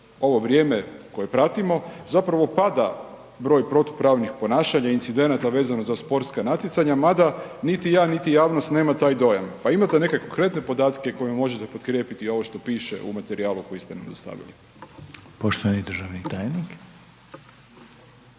ovo vrijeme koje pratimo zapravo pada broj protupravnih ponašanja incidenata vezano za sportska natjecanja mada niti ja, niti javnost nema taj dojam. Pa imate neke konkretne podatke kojima možete potkrijepiti ovo što piše u materijalu kojeg ste nam dostavili? **Reiner, Željko